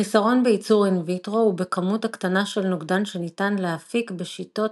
החיסרון בייצור in vitro הוא בכמות הקטנה של נוגדן שניתן להפיק בשיטות